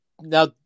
Now